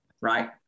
right